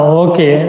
okay